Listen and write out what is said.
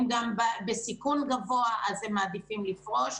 הם גם בסיכון גבוה אז הם מעדיפים לפרוש,